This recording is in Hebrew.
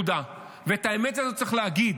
נקודה, ואת האמת הזאת צריך להגיד.